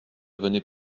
venait